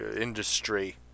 industry